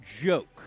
joke